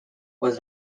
was